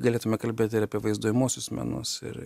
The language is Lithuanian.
galėtume kalbėt ir apie vaizduojamuosius menus ir